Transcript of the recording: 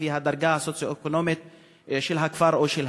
לפי הדרגה הסוציו-אקונומית של הכפר או של העיר.